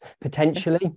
potentially